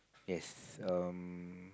yes um